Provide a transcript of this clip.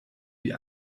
wie